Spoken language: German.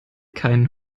keinen